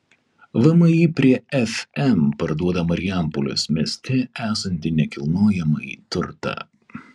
vmi prie fm parduoda marijampolės mieste esantį nekilnojamąjį turtą